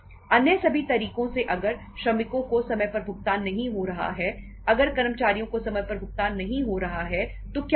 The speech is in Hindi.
अन्य सभी तरीकों से अगर श्रमिकों को समय पर भुगतान नहीं हो रहा है अगर कर्मचारियों को समय पर भुगतान नहीं हो रहा है तो क्या होगा